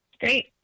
Great